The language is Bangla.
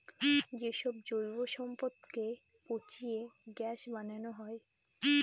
যে সব জৈব সম্পদকে পচিয়ে গ্যাস বানানো হয়